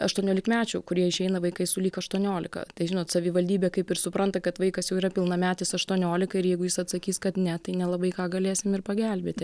aštuoniolikmečių kurie išeina vaikai sulig aštuoniolika tai žinot savivaldybė kaip ir supranta kad vaikas jau yra pilnametis aštuoniolika ir jeigu jis atsakys kad ne tai nelabai ką galėsim ir pagelbėti